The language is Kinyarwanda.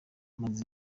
maze